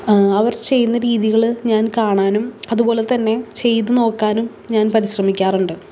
അവർ ചെയ്യുന്ന രീതികൾ ഞാൻ കാണാനും അതുപോലെത്തന്നെ ചെയ്ത് നോക്കാനും ഞാൻ പരിശ്രമിക്കാറുണ്ട്